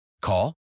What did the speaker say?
Call